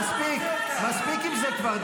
מספיק, מספיק עם זה כבר.